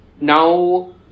Now